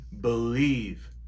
believe